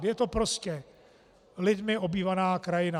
Je to prostě lidmi obývaná krajina.